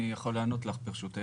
אני יכול לענות לך, ברשותך.